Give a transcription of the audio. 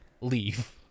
leave